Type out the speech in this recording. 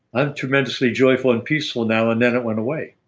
i'm tremendously joyful and peaceful now and then it went away